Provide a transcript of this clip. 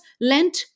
Lent